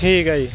ਠੀਕ ਹੈ ਜੀ